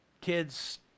kids